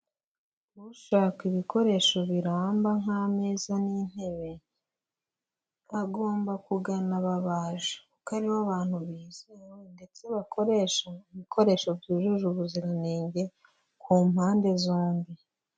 Ushaka ibikoresho biramba nk'ameza n'intebe, agomba kugana ababaji kuko aribo bantu bizewe ndetse bakoresha ibikoresho byujuje ubuziranenge, ku mpande zombi.